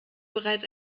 bereits